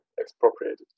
expropriated